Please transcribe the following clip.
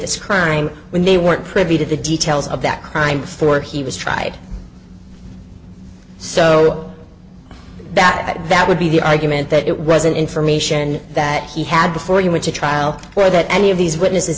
this crime when they weren't privy to the details of that crime before he was tried so that that would be the argument that it wasn't information that he had before you went to trial or that any of these witnesses